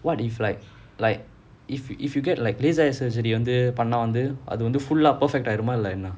what if like like if you if you get like laser eye surgery வந்து பண்ண வந்து அது வந்து:vanthu panna vanthu athu vanthu full ah perfect ஆயிடுமா இல்ல என்ன:aayiduma illa enna